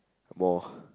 more